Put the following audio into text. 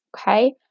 Okay